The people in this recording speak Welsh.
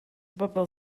bobl